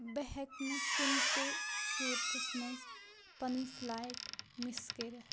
بہٕ ہیٚکہِ نہٕ کُنہِ تہِ صورتَس مَنٛز پَنٕنۍ فلایٹ مِس کٔرِتھ